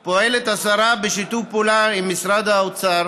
השרה פועלת בשיתוף פעולה עם משרד האוצר